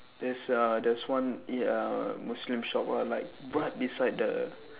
there's uh there's one ya muslim shop or like right beside the